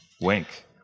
Wink